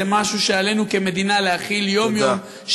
זה משהו שעלינו כמדינה להחיל יום-יום,